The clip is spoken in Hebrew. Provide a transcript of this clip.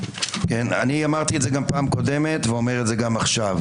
אני אמרתי את זה גם פעם קודמת ואומר את זה גם עכשיו.